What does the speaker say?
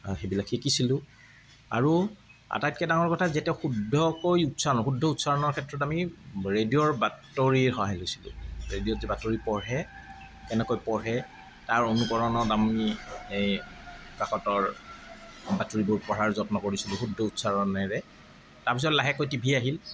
সেইবিলাক শিকিছিলোঁ আৰু আটাইতকৈ ডাঙৰ কথা যেতিয়া শুদ্ধকৈ উচ্চাৰণ শুদ্ধ উচ্চাৰণৰ ক্ষেত্ৰত আমি ৰেডিঅ'ৰ বাতৰিৰ সহায় লৈছিলোঁ ৰেডিঅ'ত যে বাতৰি পঢ়ে কেনেকৈ পঢ়ে তাৰ অনুকৰণত আমি এই কাকতৰ বাতৰিবোৰ পঢ়াৰ যত্ন কৰিছিলোঁ শুদ্ধ উচ্চাৰণেৰে তাৰপিছত লাহেকৈ টি ভি আহিল